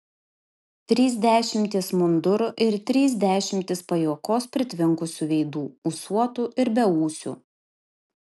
trys dešimtys mundurų ir trys dešimtys pajuokos pritvinkusių veidų ūsuotų ir beūsių